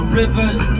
river's